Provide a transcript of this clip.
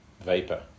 Vapor